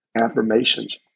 affirmations